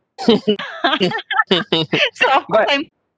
so of course I'm